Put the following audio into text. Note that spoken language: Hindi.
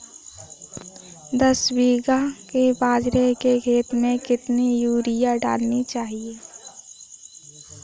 दस बीघा के बाजरे के खेत में कितनी यूरिया डालनी चाहिए?